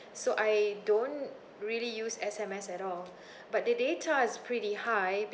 so I don't really use S_M_S at all but the data is pretty high